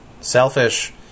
Selfish